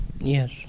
Yes